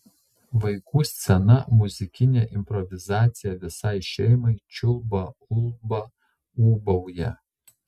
vaikų scena muzikinė improvizacija visai šeimai čiulba ulba ūbauja